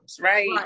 right